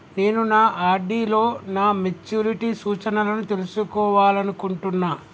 నేను నా ఆర్.డి లో నా మెచ్యూరిటీ సూచనలను తెలుసుకోవాలనుకుంటున్నా